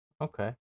okay